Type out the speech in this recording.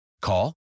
Call